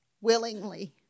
willingly